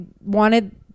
wanted